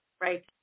Right